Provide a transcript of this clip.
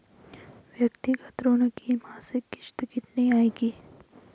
व्यक्तिगत ऋण की मासिक किश्त कितनी आएगी?